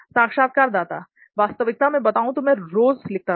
साक्षात्कारदाता वास्तविकता में बताऊं तो मैं रोज लिखता था